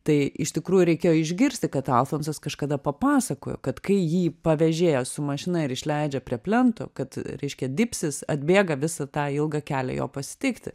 tai iš tikrųjų reikėjo išgirsti kad alfonsas kažkada papasakojo kad kai jį pavežėja su mašina ir išleidžia prie plento kad reiškia dipsis atbėga visą tą ilgą kelią jo pasitikti